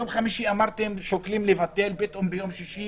ביום חמישי אמרתם: שוקלים לבטל, פתאום ביום שישי